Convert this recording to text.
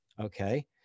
okay